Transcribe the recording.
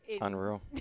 unreal